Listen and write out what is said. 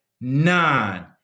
nine